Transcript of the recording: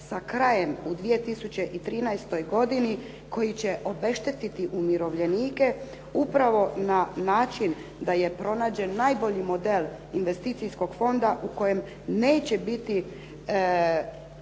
sa krajem u 2013. godini koji će obeštetiti umirovljenike upravo na način da je pronađen najbolji model investicijskog fonda u kojem neće biti